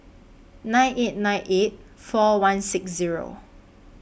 nine eight nine eight four one six Zero